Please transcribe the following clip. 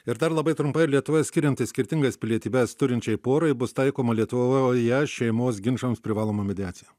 ir dar labai trumpai ar lietuvoj skiriantis skirtingas pilietybes turinčiai porai bus taikoma lietuv voje šeimos ginčams privaloma mediacija